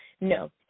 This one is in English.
No